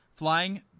Flying